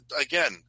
again